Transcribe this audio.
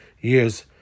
years